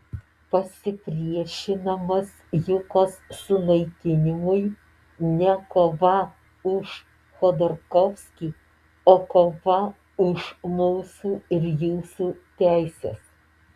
pasipriešinimas jukos sunaikinimui ne kova už chodorkovskį o kova už mūsų ir jūsų teises